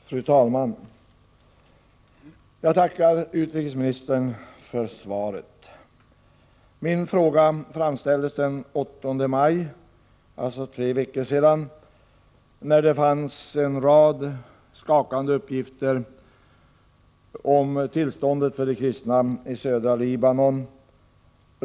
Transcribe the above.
Fru talman! Jag tackar utrikesministern för svaret. Min fråga framställdes den 8 maj, alltså för tre veckor sedan, när det förekom en rad skakande uppgifter om tillståndet för de kristna i södra Libanon.